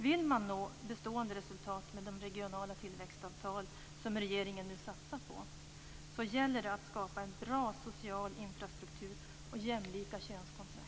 Vill man nå bestående resultat med de regionala tillväxtavtal som regeringen nu satsar på gäller det att skapa en bra social infrastruktur och jämlika könskontrakt.